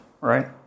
right